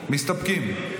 מסתפקים.